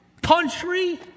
Country